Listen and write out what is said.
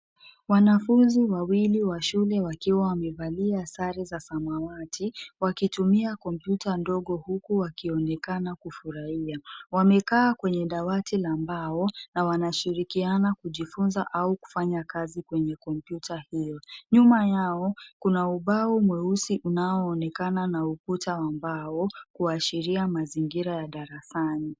Wanafunzi wa shule wawili wakiwa wamevalia sare za samawati wakitumia kompyuta ndogo huku wakionekana kufurahia. Wamekaa kwenye dawati la mbao na wanashirikiana kujifunza au kufanya kazi kwenye kompyuta hiyo. Nyuma yao kuna ubao mweusi unaoonekana na ukuta wa mbao kuashiria mazingira ya darasani.